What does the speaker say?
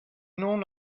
known